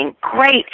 great